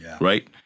Right